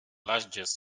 largest